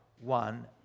one